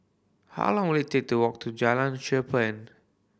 how long will it take to walk to Jalan Cherpen